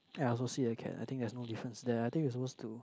ya I also see the cat I think there's no difference there I think we are suppose to